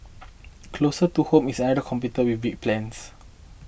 closer to home is another competitor with big plans